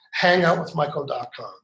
Hangoutwithmichael.com